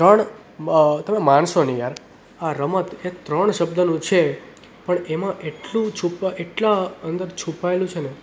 ત્રણ તમે માનશો નહીં યાર આ રમત એ ત્રણ શબ્દનું છે પણ એમાં એટલું એટલા અંદર છૂપાયેલું છે ને